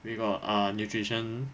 we got ah nutrition